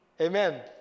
Amen